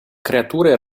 creature